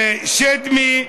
שדמי,